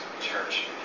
church